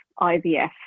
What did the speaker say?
IVF